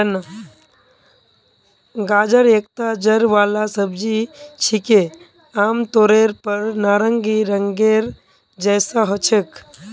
गाजर एकता जड़ वाला सब्जी छिके, आमतौरेर पर नारंगी रंगेर जैसा ह छेक